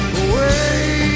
away